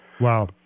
wow